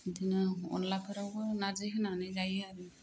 बिदिनो अनलाफोरावबो नारजि होनानै जायो